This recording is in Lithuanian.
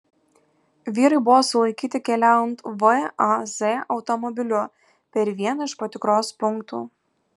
vyrai buvo sulaikyti keliaujant vaz automobiliu per vieną iš patikros punktų